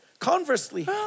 Conversely